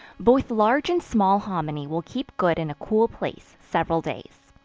both large and small hominy will keep good in a cool place several days.